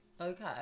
Okay